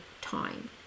time